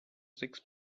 six